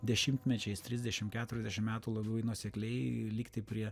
dešimtmečiais trisdešim keturiasdešim metų labai nuosekliai likti prie